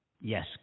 Yes